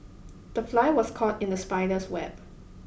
the fly was caught in the spider's web